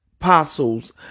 Apostles